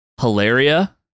Hilaria